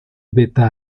beta